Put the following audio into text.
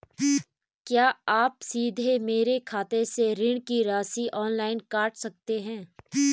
क्या आप सीधे मेरे खाते से ऋण की राशि ऑनलाइन काट सकते हैं?